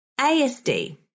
ASD